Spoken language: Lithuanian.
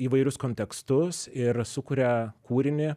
įvairius kontekstus ir sukuria kūrinį